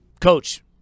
Coach